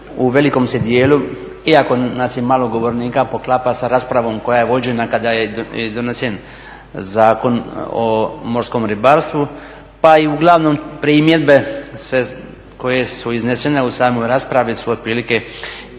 u velikom se dijelu, iako nas je malo govornika, poklapa sa raspravom koja je vođena kada je donesen Zakon o morskom ribarstvu pa i uglavnom primjedbe koje su iznesene u samoj raspravi su otprilike identične